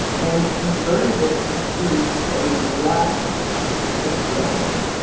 and converted it into a black christianity,